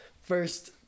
first